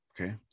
Okay